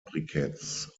briketts